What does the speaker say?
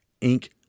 ink